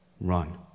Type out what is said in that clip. Run